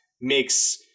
makes